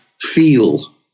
feel